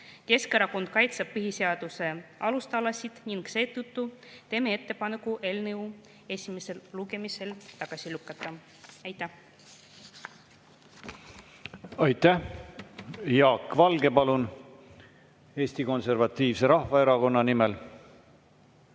Keskerakond kaitseb põhiseaduse alustalasid ning seetõttu teeme ettepaneku eelnõu esimesel lugemisel tagasi lükata. Aitäh! Aitäh! Jaak Valge, palun, Eesti Konservatiivse Rahvaerakonna nimel!